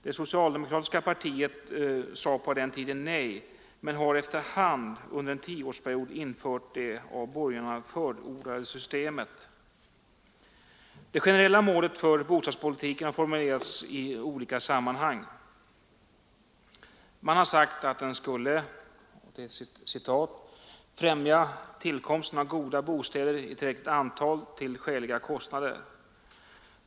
Det socialdemokratiska partiet sade på den tiden nej, men har efter hand under en tioårsperiod infört det av borgarna förordade systemet. Det generella målet för bostadspolitiken har formulerats i olika sammanhang. Man har sagt att den skall ”främja tillkomsten av goda bostäder i tillräckligt antal till skäliga kostnader.